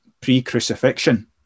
pre-crucifixion